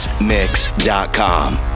mix.com